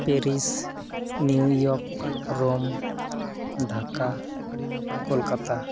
Paris New York Rome Dhaka Kolkata